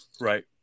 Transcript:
Right